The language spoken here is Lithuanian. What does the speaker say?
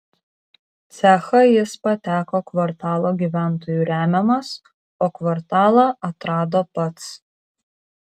cechą jis pateko kvartalo gyventojų remiamas o kvartalą atrado pats